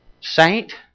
Saint